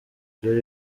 dore